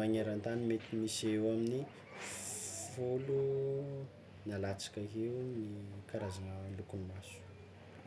magnerantany mety misy eo amin'ny folo na latsaka eo ny karazagna lokon'ny maso.